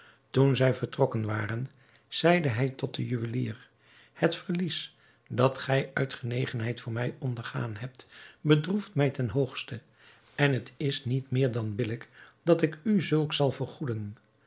toen zij vertrokken waren zeide hij tot den juwelier het verlies dat gij uit genegenheid voor mij ondergaan hebt bedroeft mij ten hoogste en het is niet meer dan billijk dat ik u zulks zal vergoeden